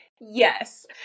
Yes